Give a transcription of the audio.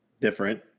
Different